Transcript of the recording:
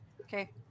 Okay